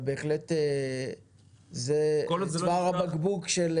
בהחלט זה צוואר הבקבוק.